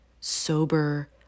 sober